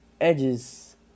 Edge's